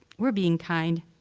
we're being kind,